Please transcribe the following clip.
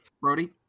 Brody